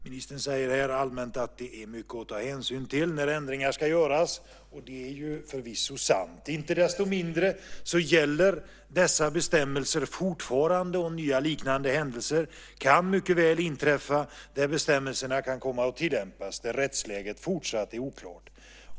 Ministern säger här allmänt att det är mycket att ta hänsyn till när ändringar ska göras, och det är förvisso sant. Inte desto mindre gäller dessa bestämmelser fortfarande, och nya liknande händelser kan mycket väl inträffa där bestämmelserna kan komma att tillämpas där rättsläget fortsatt är oklart.